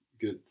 Good